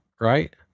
right